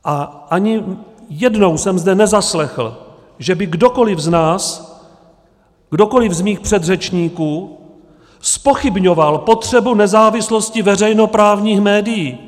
A ani jednou jsem zde nezaslechl, že by kdokoli z nás, kdokoli z mých předřečníků zpochybňoval potřebu nezávislosti veřejnoprávních médií.